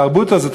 התרבות הזאת,